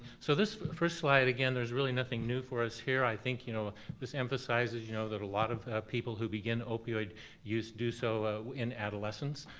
so this first slide, again, there's really nothing new for us here. i think you know this emphasizes you know that at lot of people who begin opioid use do so in adolescence.